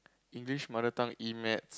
English mother tongue E maths